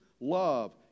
love